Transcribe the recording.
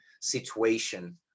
situation